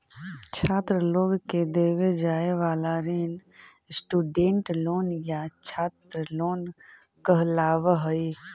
छात्र लोग के देवे जाए वाला ऋण स्टूडेंट लोन या छात्र लोन कहलावऽ हई